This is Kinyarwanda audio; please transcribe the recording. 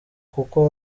kuko